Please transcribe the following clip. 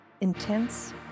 Intense